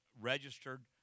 registered